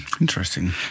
interesting